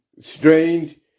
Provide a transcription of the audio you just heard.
Strange